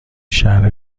شرح